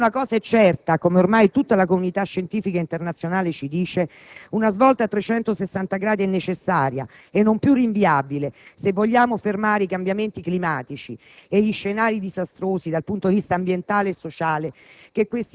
Perché una cosa è certa, come ormai tutta la comunità scientifica internazionale ci dice: una svolta a 360 gradi è necessaria e non più rinviabile se vogliamo fermare i cambiamenti climatici e gli scenari disastrosi dal punto di vista ambientale e sociale